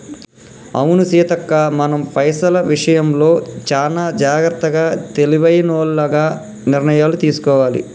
అవును సీతక్క మనం పైసల విషయంలో చానా జాగ్రత్తగా తెలివైనోల్లగ నిర్ణయాలు తీసుకోవాలి